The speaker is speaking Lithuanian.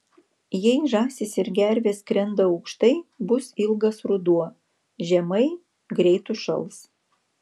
jei žąsys ir gervės skrenda aukštai bus ilgas ruduo žemai greit užšals